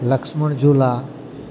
Lakshman Jhula